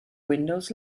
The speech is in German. windows